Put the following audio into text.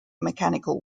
mechanical